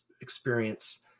experience